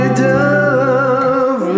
dove